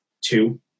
two